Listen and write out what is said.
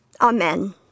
Amen